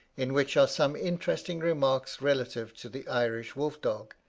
in which are some interesting remarks relative to the irish wolf-dog,